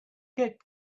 get